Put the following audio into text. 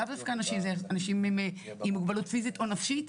זה אנשים עם מוגבלות פיזית או נפשית,